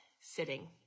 sitting